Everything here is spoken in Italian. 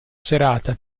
serata